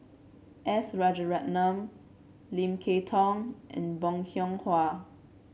S Rajaratnam Lim Kay Tong and Bong Hiong Hwa